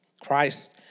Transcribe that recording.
Christ